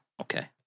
Okay